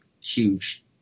huge